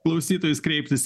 klausytojus kreiptis